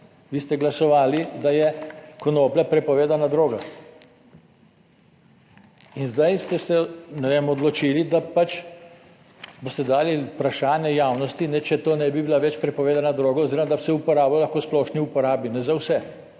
Vi ste glasovali, da je konoplja prepovedana droga. In zdaj ste se, ne vem, odločili, da pač boste dali vprašanje javnosti, če to ne bi bila več prepovedana droga oziroma da bi se uporablja lahko v splošni uporabi za vse.